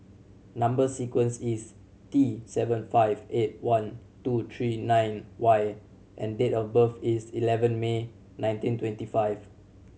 number sequence is D seven five eight one two three nine Y and date of birth is eleven May nineteen twenty five